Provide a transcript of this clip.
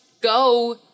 go